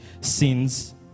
sins